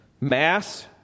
Mass